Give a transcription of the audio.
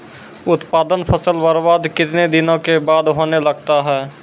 उत्पादन फसल बबार्द कितने दिनों के बाद होने लगता हैं?